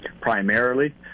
primarily